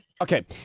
Okay